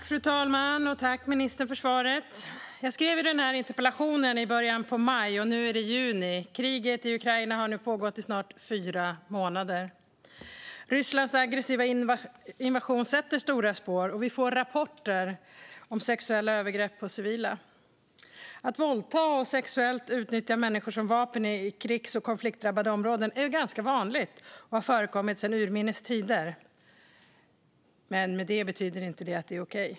Fru talman! Tack, ministern, för svaret! Jag skrev den här interpellationen i början av maj. Nu är det juni, och kriget i Ukraina har pågått i snart fyra månader. Rysslands aggressiva invasion sätter stora spår. Vi får rapporter om sexuella övergrepp på civila. Att som vapen våldta och sexuellt utnyttja människor i krigs och konfliktdrabbade områden är ganska vanligt och har förekommit sedan urminnes tider. Det betyder inte att det är okej.